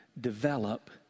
develop